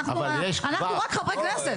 אבל יש כבר --- אנחנו רק חברי כנסת.